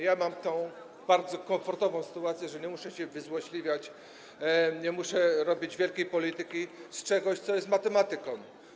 Ja mam tę bardzo komfortową sytuację, że nie muszę się wyzłośliwiać, nie muszę robić wielkiej polityki z czegoś, co jest matematyką.